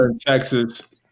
Texas